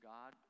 God